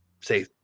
say